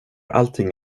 allting